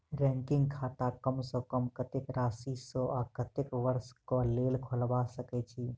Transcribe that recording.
recurring खाता कम सँ कम कत्तेक राशि सऽ आ कत्तेक वर्ष कऽ लेल खोलबा सकय छी